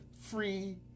Free